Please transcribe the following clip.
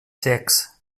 cecs